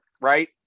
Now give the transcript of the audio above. Right